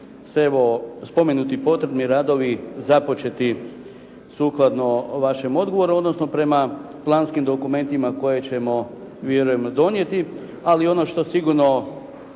evo spomenuti potrebni radovi započeti sukladno vašem odgovoru, odnosno prema planskim dokumentima koje ćemo vjerujem donijeti. Ali ono što sigurno